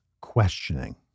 questioning